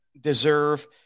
deserve